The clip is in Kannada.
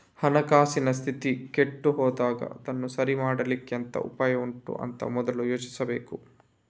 ಹಣಕಾಸಿನ ಸ್ಥಿತಿ ಕೆಟ್ಟು ಹೋದಾಗ ಅದನ್ನ ಸರಿ ಮಾಡ್ಲಿಕ್ಕೆ ಎಂತ ಉಪಾಯ ಉಂಟು ಅಂತ ಮೊದ್ಲು ಯೋಚಿಸ್ಬೇಕು